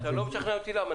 אתה לא משכנע אותי למה.